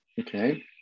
okay